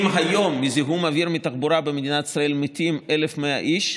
אם היום מזיהום אוויר מתחבורה במדינת ישראל מתים 1,100 איש,